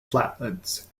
flatlands